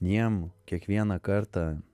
jiem kiekvieną kartą